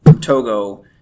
Togo